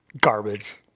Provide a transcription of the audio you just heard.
garbage